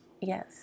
Yes